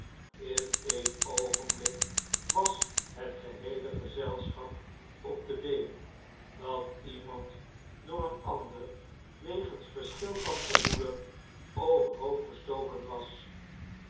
in een oogenblik was het geheele gezelschap op de been dat iemand door een ander wegens verschil van gevoelen overhoop gestoken was